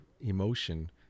emotion